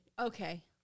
Okay